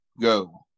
go